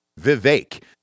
Vivek